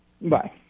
Bye